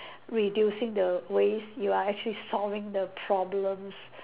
reducing the waste you are actually solving the problems